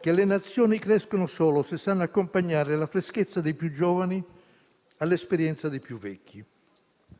che le nazioni crescono solo se sanno accompagnare la freschezza dei più giovani all'esperienza dei più vecchi.